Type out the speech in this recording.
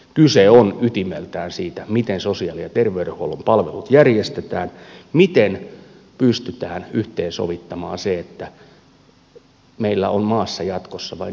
kyse on ytimeltään siitä miten sosiaali ja terveydenhuollon palvelut järjestetään miten pystytään yhteensovittamaan niin että meillä on maassa jatkossa vain yksi terveydenhuolto